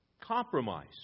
compromise